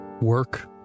work